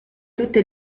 tutte